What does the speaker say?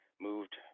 moved